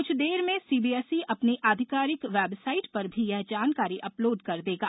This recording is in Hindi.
कुछ देर में सीबीएसई अपनी आधिकारिक वेबसाइट पर भी ये जानकारी अपलोड कर देगा